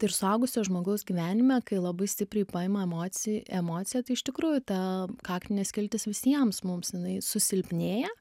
ir suaugusio žmogaus gyvenime kai labai stipriai paima emoci emocija tai iš tikrųjų ta kaktinė skiltis visiems mums jinai susilpnėja